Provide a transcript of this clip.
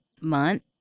month